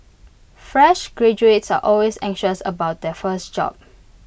fresh graduates are always anxious about their first job